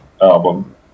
album